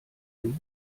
dem